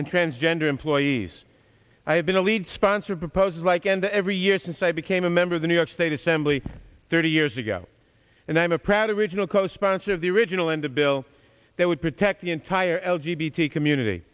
and transgender employees i have been a lead sponsor proposed like and every year since i became a member of the new york state assembly thirty years ago and i am a proud original co sponsor of the original and a bill that would protect the entire l g b t community